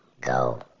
go